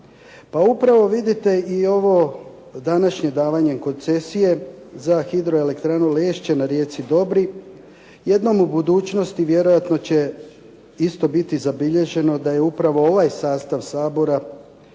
upravo vidite i ovo današnje davanje koncesije za hidroelektranu "Lešće" na rijeci Dobri, jednom u budućnosti vjerojatno će isto biti zabilježeno da je upravo ovaj sastav Sabora